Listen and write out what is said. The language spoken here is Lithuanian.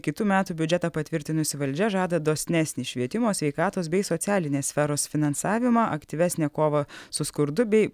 kitų metų biudžetą patvirtinusi valdžia žada dosnesnį švietimo sveikatos bei socialinės sferos finansavimą aktyvesnę kovą su skurdu bei